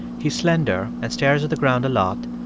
he's slender and stares at the ground a lot,